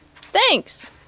Thanks